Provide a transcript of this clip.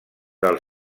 del